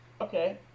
Okay